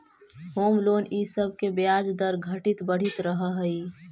home loan इ सब के ब्याज दर घटित बढ़ित रहऽ हई